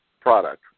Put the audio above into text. product